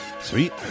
sweet